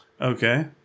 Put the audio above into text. Okay